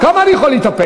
כמה אני יכול להתאפק?